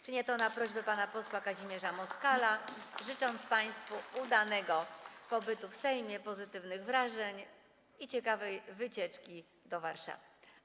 Czynię to na prośbę pana posła Kazimierza Moskala, życząc państwu udanego pobytu w Sejmie, pozytywnych wrażeń i ciekawej wycieczki do Warszawy.